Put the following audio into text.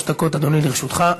שלוש דקות, אדוני, לרשותך.